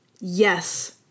yes